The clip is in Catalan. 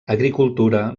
agricultura